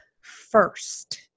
first